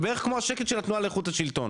בערך כמו השקט של התנועה לאיכות השלטון,